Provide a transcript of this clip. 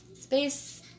space